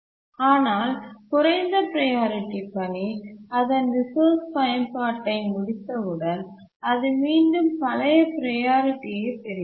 ஆனால் குறைந்த ப்ரையாரிட்டி பணி அதன் ரிசோர்ஸ் பயன்பாட்டை முடித்தவுடன் அது மீண்டும் பழைய ப்ரையாரிட்டி ஐ பெறுகிறது